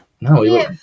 No